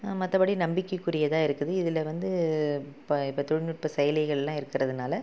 மற்றபடி நம்பிக்கைக்குரியதாக இருக்குது இதில் வந்து இப்போ இப்போ தொழில்நுட்ப செயலிகள்லாம் இருக்குறதுனால்